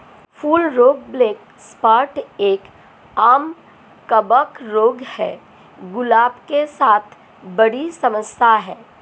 फूल रोग black spot एक, आम कवक रोग है, गुलाब के साथ बड़ी समस्या है